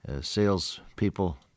salespeople